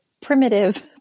primitive